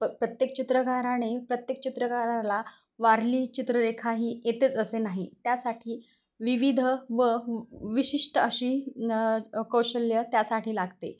प प्रत्येक चित्रकाराणे प्रत्येक चित्रकाराला वारली चित्ररेखा ही येतेच असे नाही त्यासाठी विविध व विशिष्ट अशी कौशल्य त्यासाठी लागते